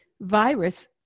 virus